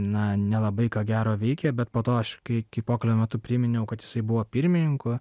na nelabai ką gero veikė bet po to aš kai kai pokalbio metu priminiau kad jisai buvo pirmininku